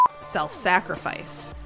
Self-sacrificed